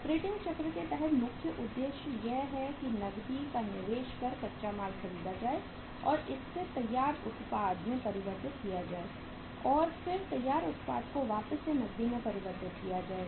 operating चक्र के तहत मुख्य उद्देश्य यह है कि नकदी का निवेश कर कच्चा माल खरीदा जाए और इससे तैयार उत्पाद में परिवर्तित किया जाए और फिर तैयार उत्पाद को वापस से नगदी में परिवर्तित किया जाए